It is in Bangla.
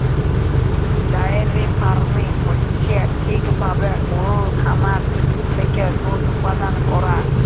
ডায়েরি ফার্মিং হচ্যে ঠিক ভাবে গরুর খামার থেক্যে দুধ উপাদান করাক